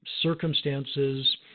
circumstances